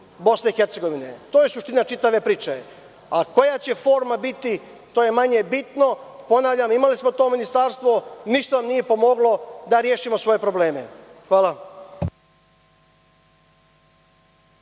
Bosne i Hercegovine. To je suština čitave priče. Koja će forma biti, to je manje bitno. Ponavljam, imali smo to Ministarstvo, ništa nam nije pomoglo da rešimo svoje probleme. Hvala.